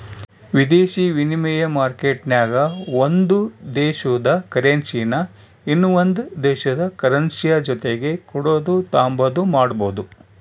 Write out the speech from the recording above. ವಿದೇಶಿ ವಿನಿಮಯ ಮಾರ್ಕೆಟ್ನಾಗ ಒಂದು ದೇಶುದ ಕರೆನ್ಸಿನಾ ಇನವಂದ್ ದೇಶುದ್ ಕರೆನ್ಸಿಯ ಜೊತಿಗೆ ಕೊಡೋದು ತಾಂಬಾದು ಮಾಡ್ಬೋದು